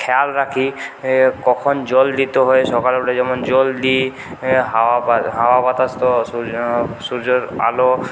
খেয়াল রাখি কখন জল দিতে হয় সকালে উঠে যেমন জল দিই হাওয়া হাওয়া বাতাস তো সূর্যের সূর্যের আলো